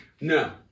No